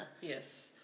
yes